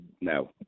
No